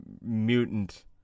mutant